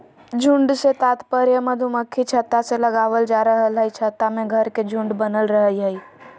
झुंड से तात्पर्य मधुमक्खी छत्ता से लगावल जा रहल हई छत्ता में घर के झुंड बनल रहई हई